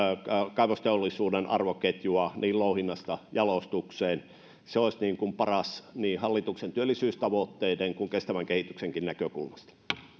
kaivosteollisuuden arvoketjua aina louhinnasta jalostukseen se olisi parasta niin hallituksen työllisyystavoitteiden kuin kestävän kehityksenkin näkökulmasta